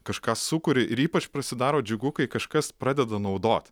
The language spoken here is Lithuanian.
kažką sukuri ir ypač pasidaro džiugu kai kažkas pradeda naudot